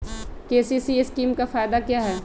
KCC scheme का फायदा क्या है?